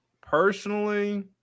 Personally